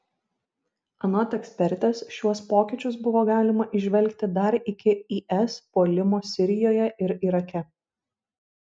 anot ekspertės šiuos pokyčius buvo galima įžvelgti dar iki is puolimo sirijoje ir irake